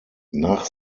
nach